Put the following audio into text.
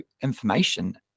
information